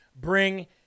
bring